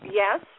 yes